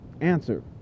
answer